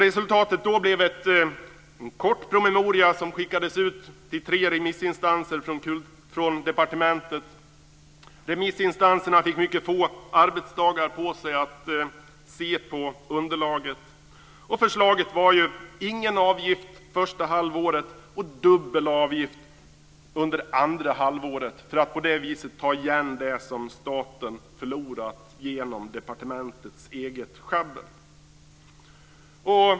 Resultatet då blev en kort promemoria som skickades ut till tre remissinstanser från departementet. Remissinstanserna fick mycket få arbetsdagar på sig att se på underlaget. Förslaget var: ingen avgift första halvåret och dubbel avgift andra halvåret, för att på det viset ta igen det som staten förlorat genom departementets eget sjabbel.